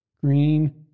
Green